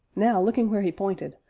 now, looking where he pointed,